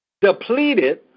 depleted